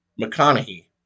McConaughey